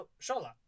Shola